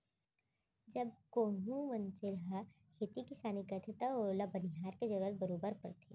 जब कोहूं मनसे ह खेती किसानी करथे तव ओला बनिहार के जरूरत बरोबर परथे